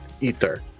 ether